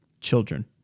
children